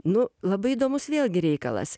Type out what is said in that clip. nu labai įdomus vėlgi reikalas